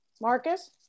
Marcus